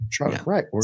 Right